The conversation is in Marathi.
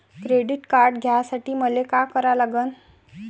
क्रेडिट कार्ड घ्यासाठी मले का करा लागन?